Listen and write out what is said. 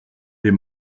les